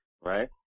right